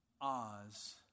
Oz